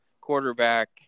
quarterback